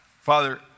Father